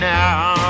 now